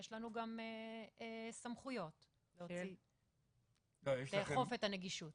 יש לנו גם סמכויות לאכוף את הנגישות.